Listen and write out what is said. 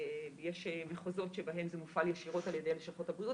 יש מחוזות שבהם זה מופעל ישירות על ידי לשכות הבריאות,